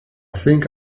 think